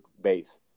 base